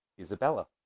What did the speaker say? Isabella